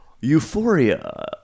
Euphoria